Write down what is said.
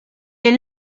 est